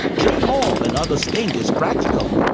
dream more than others think is practical.